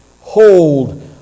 Hold